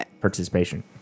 participation